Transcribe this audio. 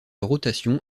rotation